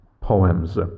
poems